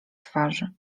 twarzy